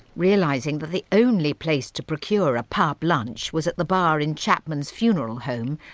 realising that the only place to procure a pub lunch was at the bar in chapman's funeral home,